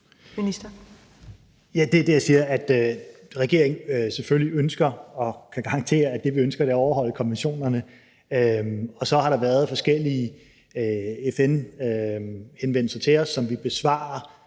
Ja, det er det, jeg siger. Det ønsker regeringen selvfølgelig og kan garantere, at det, vi ønsker, er at overholde konventionerne. Så har der været forskellige FN-henvendelser til os, som vi besvarer